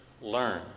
learn